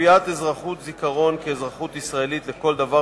קביעת אזרחות זיכרון כאזרחות ישראלית לכל דבר